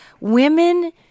women